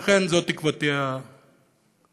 ולכן, זאת תקוותי היחידה